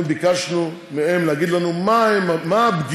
אנחנו ביקשנו מהם להגיד לנו מה הפגיעה